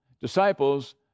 disciples